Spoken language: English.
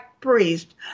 priest